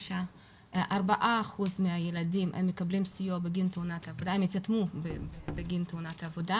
4% מהילדים מקבלים סיוע התייתמו בגין תאונת עבודה,